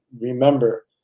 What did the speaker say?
Remember